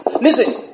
Listen